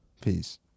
Peace